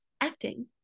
acting